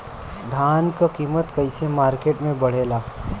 धान क कीमत कईसे मार्केट में बड़ेला?